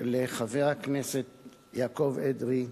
לחבר הכנסת יעקב אדרי,